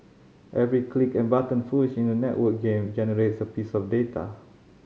every click and button push in a networked game generates a piece of data